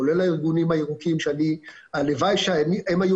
כולל הארגונים הירוקים שהלוואי שהם היו